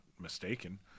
mistaken